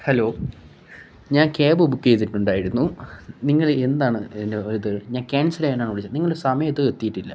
hello ഞാന് cab book ചെയ്തിട്ടുണ്ടായിരുന്നു നിങ്ങൾ എന്താണ് ഇത് ഞാന് ക്യാന്സൽ ചെയ്യാനാണ് വിളിച്ചത് നിങ്ങൾ സമയത്ത് എത്തിയിട്ടില്ല